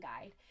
guide